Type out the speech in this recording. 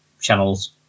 channels